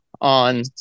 on